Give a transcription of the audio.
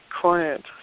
quiet